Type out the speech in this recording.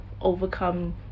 overcome